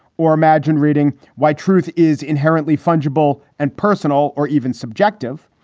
or imagine reading why. truth is inherently fungible and personal or even subjective.